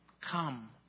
Come